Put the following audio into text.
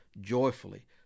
joyfully